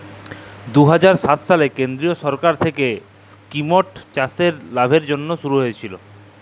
দু হাজার সাত সালে কেলদিরিয় সরকার থ্যাইকে ইস্কিমট চাষের লাভের জ্যনহে শুরু হইয়েছিল